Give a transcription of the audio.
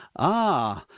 ah!